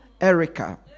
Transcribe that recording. Erica